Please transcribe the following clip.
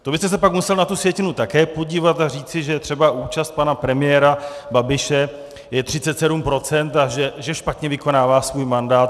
To byste se pak musel na tu sjetinu také podívat a říci, že třeba účast pana premiéra Babiše je 37 % a že špatně vykonává svůj mandát.